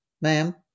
Ma'am